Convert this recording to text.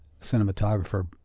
cinematographer